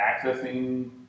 accessing